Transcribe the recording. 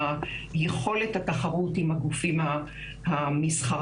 ביכולת התחרות עם הגופים המסחריים,